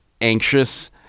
anxious